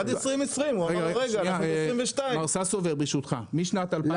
עד 2020. אנחנו ב-2022.